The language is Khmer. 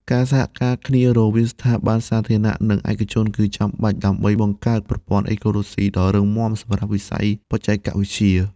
ការសហការគ្នារវាងស្ថាប័នសាធារណៈ និងឯកជនគឺចាំបាច់ដើម្បីបង្កើតប្រព័ន្ធអេកូឡូស៊ីដ៏រឹងមាំសម្រាប់វិស័យបច្ចេកវិទ្យា។